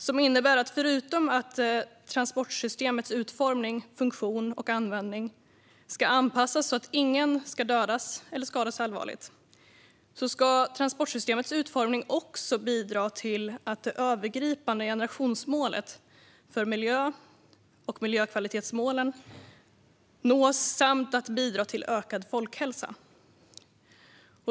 Det innebär att förutom att transportsystemets utformning, funktion och användning ska anpassas så att ingen ska dödas eller skadas allvarligt ska det också bidra till att det övergripande generationsmålet för miljö samt miljökvalitetsmålen nås och bidra till ökad folkhälsa.